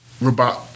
robot